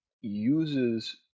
uses